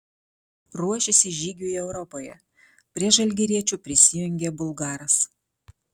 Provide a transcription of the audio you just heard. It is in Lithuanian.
ruošiasi žygiui europoje prie žalgiriečių prisijungė bulgaras